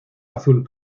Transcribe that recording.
azul